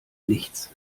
nichts